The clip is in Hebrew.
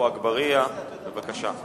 עפו אגבאריה, בבקשה.